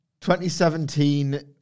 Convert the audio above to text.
2017